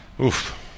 Oof